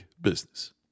business